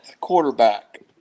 quarterback